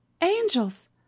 angels